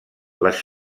les